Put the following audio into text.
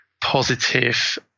positive